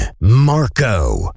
Marco